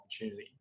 opportunity